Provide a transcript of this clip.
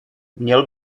měl